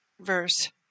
verse